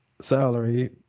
Salary